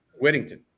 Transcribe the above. Whittington